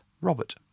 Robert